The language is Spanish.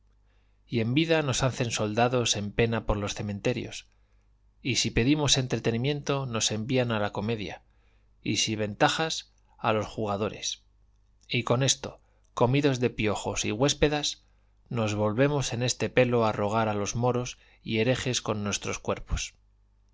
y en vida nos hacen soldados en pena por los cementerios y si pedimos entretenimiento nos envían a la comedia y si ventajas a los jugadores y con esto comidos de piojos y huéspedas nos volvemos en este pelo a rogar a los moros y herejes con nuestros cuerpos